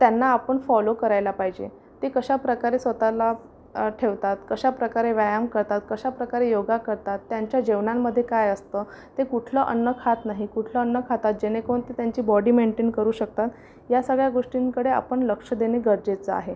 त्यांना आपण फॉलो करायला पाहिजे ते कशा प्रकारे स्वत ला ठेवतात कशा प्रकारे व्यायाम करतात कशा प्रकारे योग करतात त्यांच्या जेवणामध्ये काय असतं ते कुठलं अन्न खात नाही कुठलं अन्न खातात जेणेकरून ते त्यांची बॉडी मेंटेन करू शकतात या सगळ्या गोष्टींकडे आपण लक्ष देणे गरजेचं आहे